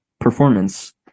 performance